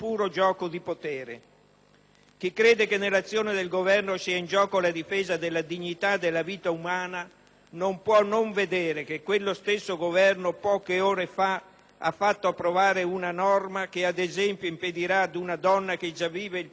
Chi crede che nell'azione del Governo sia in gioco la difesa della dignità della vita umana non può non vedere che quello stesso Governo, poche ore prima, ha fatto approvare una norma che, ad esempio, impedirà ad una donna che già vive il peso della clandestinità